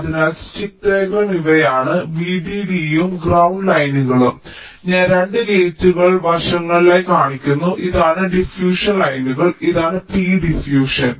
അതിനാൽ stick diagram ഇവയാണ് Vdd ഉം ഗ്രൌണ്ട് ലൈനുകളും ഞാൻ 2 ഗേറ്റുകൾ വശങ്ങളിലായി കാണിക്കുന്നു ഇതാണ് ഡിഫ്യൂഷൻ ലൈനുകൾ ഇതാണ് p ഡിഫ്യൂഷൻ